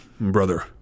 brother